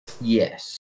Yes